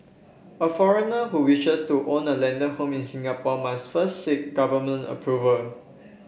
a foreigner who wishes to own a landed home in Singapore must first seek government approval